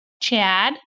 Chad